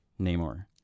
Namor